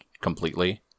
completely